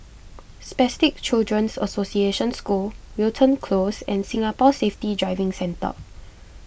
Spastic Children's Association School Wilton Close and Singapore Safety Driving Centre